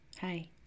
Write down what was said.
Hi